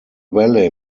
valley